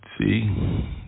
see